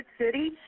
City